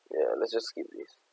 ya let's just skip this